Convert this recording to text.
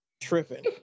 tripping